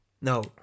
No